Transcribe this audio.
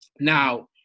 Now